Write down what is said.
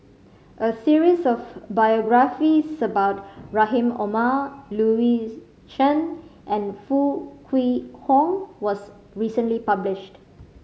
a series of biographies about Rahim Omar Louis Chen and Foo Kwee Horng was recently published